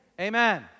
Amen